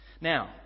Now